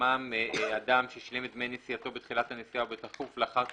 שבהתקיימם אדם ששילם את דמי נסיעתו בתחילת הנסיעה או בתכוף לאחר תחילתה,